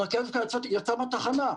והרכבת יצאה מהתחנה.